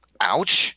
Ouch